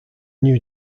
new